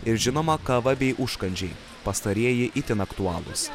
ir žinoma kava bei užkandžiai pastarieji itin aktualūs